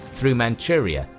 through manchuria,